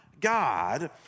God